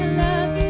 love